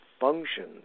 functions